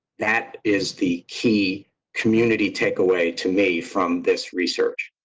that is the key community. take away two may from this research.